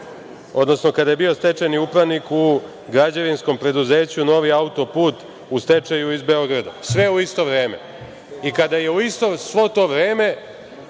odnosno kada je bio stečajni upravnik u građevinskom preduzeću „Novi auto-put“ u stečaju iz Beograda, sve u isto vreme i kada je u isto to vreme,